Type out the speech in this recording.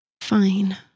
Fine